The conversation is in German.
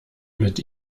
mit